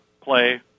play